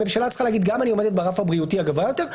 הממשלה צריכה להגיד: אני עומדת ברף הבריאותי הגבוה יותר,